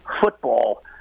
football